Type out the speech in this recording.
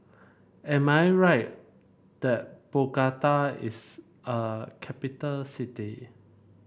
am I right that Bogota is a capital city